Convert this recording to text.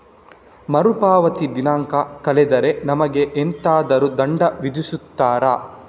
ಮರುಪಾವತಿ ದಿನಾಂಕ ಕಳೆದರೆ ನಮಗೆ ಎಂತಾದರು ದಂಡ ವಿಧಿಸುತ್ತಾರ?